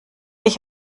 ich